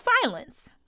silence